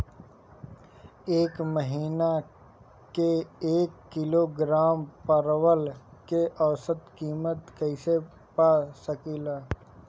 एक महिना के एक किलोग्राम परवल के औसत किमत कइसे पा सकिला?